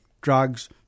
drugs